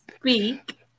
speak